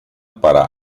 para